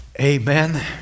Amen